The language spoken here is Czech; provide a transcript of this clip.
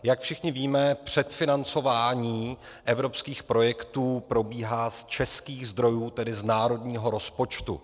Jak všichni víme, předfinancování evropských projektů probíhá z českých zdrojů, tedy z národního rozpočtu.